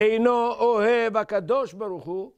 אינו אוהב הקדוש ברוך הוא.